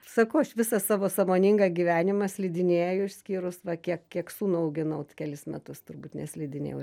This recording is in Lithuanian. sakau aš visą savo sąmoningą gyvenimą slidinėju išskyrus va kiek kiek sūnų auginau kelis metus turbūt neslidinėjau